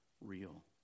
real